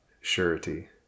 surety